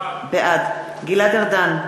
בעד גלעד ארדן,